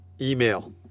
email